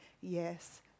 yes